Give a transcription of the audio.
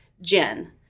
Jen